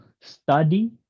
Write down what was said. study